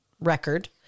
record